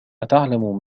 أتعلم